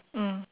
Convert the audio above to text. mm